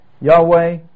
Yahweh